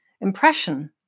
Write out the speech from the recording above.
impression